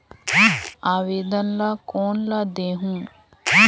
आवेदन ला कोन ला देहुं?